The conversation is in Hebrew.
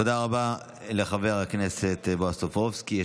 תודה רבה לחבר הכנסת בועז טופורובסקי.